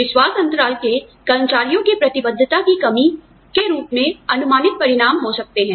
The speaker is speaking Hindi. विश्वास अंतराल के कर्मचारियों की प्रतिबद्धता की कमी के रूप में अनुमानित परिणाम हो सकते हैं